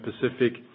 Pacific